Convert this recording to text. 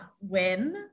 win